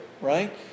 Right